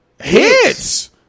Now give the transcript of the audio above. hits